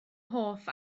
hoff